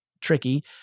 tricky